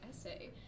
essay